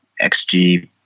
XG